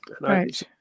right